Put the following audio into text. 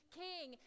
king